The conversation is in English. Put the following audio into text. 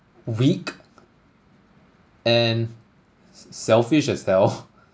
weak and selfish as well